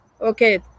okay